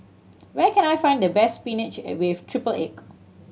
where can I find the best spinach with triple egg